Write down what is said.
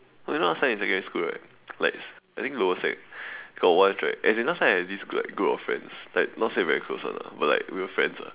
oh you know last time in secondary school right like I think lower sec got once right as in last time I had this group like group of friends like not say very close one ah but like we were friends ah